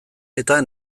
eta